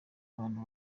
abantu